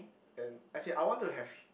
and as in I want to have